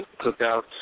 cookouts